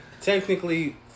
technically